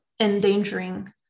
endangering